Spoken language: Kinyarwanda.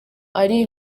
ari